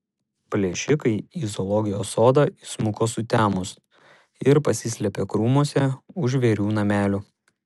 plėšikai į zoologijos sodą įsmuko sutemus ir pasislėpė krūmuose už žvėrių namelių